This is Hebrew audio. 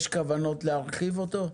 יש כוונות להרחיב אותו?